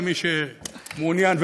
למי שמעוניין,